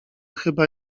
chyba